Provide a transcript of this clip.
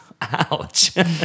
Ouch